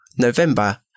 November